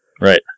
Right